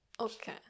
Okay